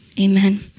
amen